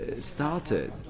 started